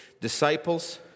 disciples